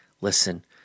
Listen